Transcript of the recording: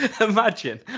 Imagine